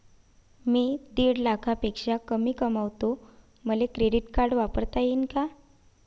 मी दीड लाखापेक्षा कमी कमवतो, मले क्रेडिट कार्ड वापरता येईन का?